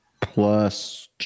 plus